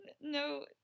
no